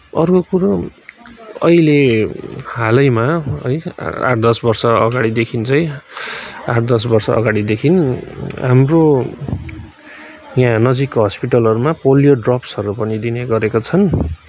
अर्को कुरो अहिले हालैमा है आठ दस वर्ष अगाडिदेखि चाहिँ आठ दस वर्ष अगाडिदेखि हाम्रो यहाँ नजिकको हस्पिटलहरूमा पोलियो ड्रप्सहरू पनि दिने गरेका छन्